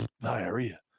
diarrhea